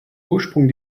ursprung